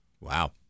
Wow